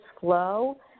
flow